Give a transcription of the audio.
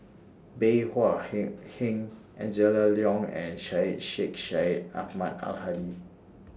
Bey Hua He Heng Angela Liong and Syed Sheikh Syed Ahmad Al Hadi